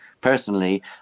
personally